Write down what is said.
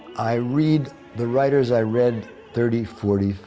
i read the writers i read thirty, forty,